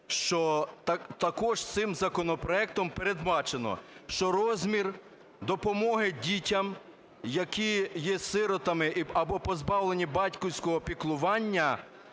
що також цим законопроектом передбачено, що розмір допомоги дітям, які є сиротами або позбавлені батьківського піклування,